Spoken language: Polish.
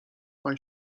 pan